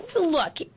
Look